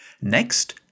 Next